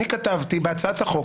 אני כתבתי בהצעת החוק.